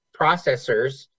processors